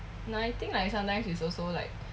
ya I think like sometimes is also like